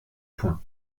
point